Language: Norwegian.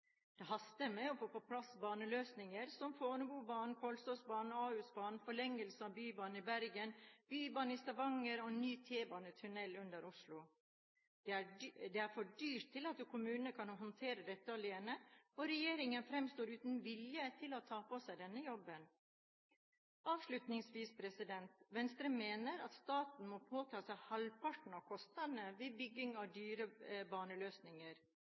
Det haster med å få på plass baneløsninger som Fornebubanen, Kolsåsbanen, banen til Ahus, forlengelse av Bybanen i Bergen, bybane i Stavanger og ny T-banetunnel under Oslo. Det er for dyrt til at kommunene kan håndtere dette alene, og regjeringen framstår uten vilje til å ta på seg denne jobben. Avslutningsvis: Venstre mener at staten må påta seg halvparten av kostnadene ved bygging av dyre baneløsninger.